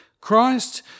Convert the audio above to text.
Christ